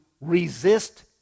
resist